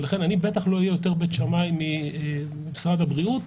לכן אני בטח לא אהיה יותר בית שמאי ממשרד הבריאות.